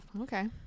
okay